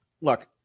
Look